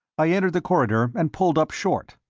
i entered the corridor and pulled up short.